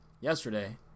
yesterday